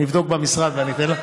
אני אבדוק במשרד ואני אתן לך,